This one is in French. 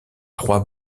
trois